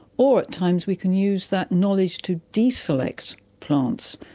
or at times we can use that knowledge to deselect plants,